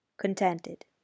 contented